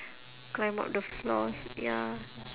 climb up the floors ya